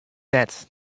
net